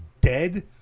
dead